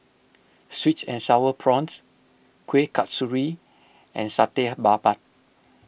Sweet and Sour Prawns Kueh Kasturi and Satay Babat